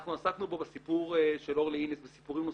אנחנו עסקנו פה בסיפור של אורלי אינס וסיפורים נוספים.